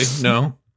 No